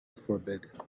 forbid